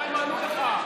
מה הם ענו לך?